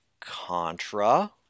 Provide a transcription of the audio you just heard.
Contra